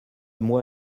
moi